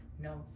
no